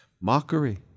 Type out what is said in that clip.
Mockery